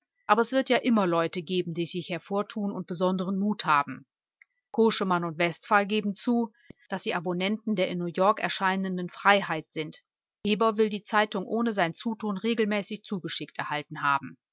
aber es wird ja immer leute geben die sich hervortun und besonderen mut haben koschemann und westphal geben zu daß sie abonnenten der in newyork erscheinenden freiheit sind weber will die zeitung ohne sein zutun regelmäßig zugeschickt erhalten haben